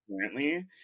currently